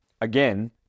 again